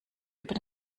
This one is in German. über